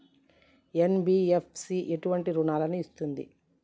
NBFC ఎటువంటి రుణాలను ఇస్తుంది?